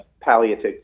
palliative